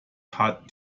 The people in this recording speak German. hat